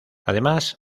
además